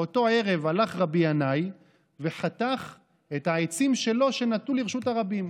באותו ערב הלך רבי ינאי וחתך את העצים שלו שנטו לרשות הרבים.